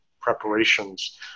preparations